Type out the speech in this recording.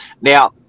Now